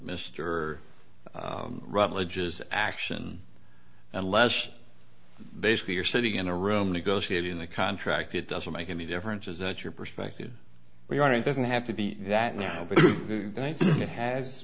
mr rutledge is action unless basically you're sitting in a room negotiating the contract it doesn't make any difference is that your perspective we want it doesn't have to be that now but it has